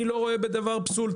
אני לא רואה בדבר פסול,